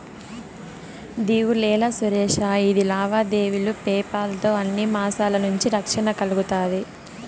దిగులేలా సురేషా, ఇది లావాదేవీలు పేపాల్ తో అన్ని మోసాల నుంచి రక్షణ కల్గతాది